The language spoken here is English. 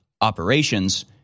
operations